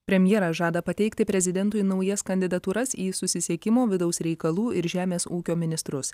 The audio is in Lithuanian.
premjeras žada pateikti prezidentui naujas kandidatūras į susisiekimo vidaus reikalų ir žemės ūkio ministrus